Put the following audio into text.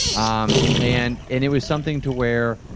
um and and it was something to wear,